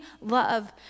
love